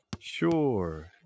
Sure